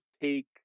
take